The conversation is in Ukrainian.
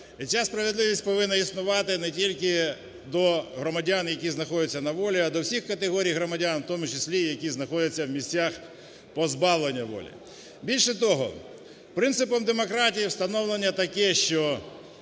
ця справедливість повинна існувати не тільки до громадян, які знаходяться на волі, а до всіх категорій громадян, в тому числі і які знаходяться в місцях позбавлення волі. Більше того, принципом демократії встановлення таке, що